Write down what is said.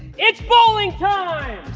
it's bowling time!